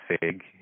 big